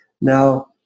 Now